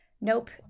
nope